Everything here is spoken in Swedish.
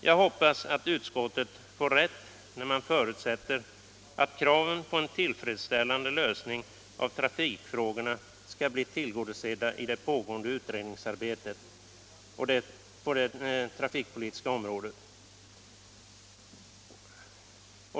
Jag hoppas att utskottet får rätt när det förutsätter att kraven på en tillfredsställande lösning av trafikfrågorna skall bli tillgodosedda i det pågående utredningsarbetet på det trafikpolitiska området.